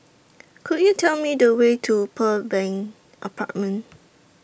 Could YOU Tell Me The Way to Pearl Bank Apartment